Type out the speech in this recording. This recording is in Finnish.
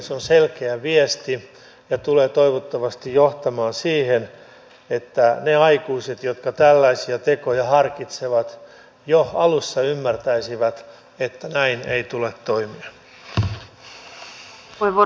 se on selkeä viesti ja tulee toivottavasti johtamaan siihen että ne aikuiset jotka tällaisia tekoja harkitsevat jo alussa ymmärtäisivät että näin ei tule toimia